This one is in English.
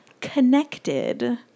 connected